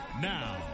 Now